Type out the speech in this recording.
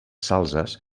salzes